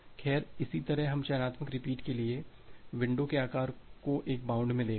खैर इसी तरह हम चयनात्मक रिपीट के लिए विंडो के आकार को एक बाउंड में देखते हैं